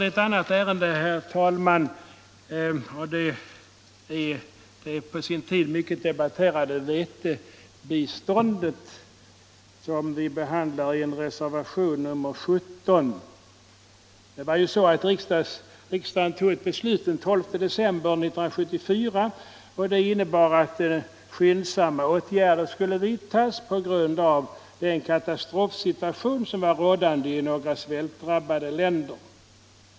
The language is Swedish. Jag vill sedan ta upp ett annat ärende, och det gäller det på sin tid mycket debatterade vetebiståndet som vi behandlar i vår reservation nr 17. Riksdagen tog här ett beslut den 12 december 1974, och detta innebar att skyndsamma åtgärder skulle vidtas på grund av den katastrofsituation som var rådande i några svältdrabbade länder.